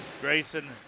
Grayson